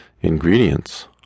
ingredients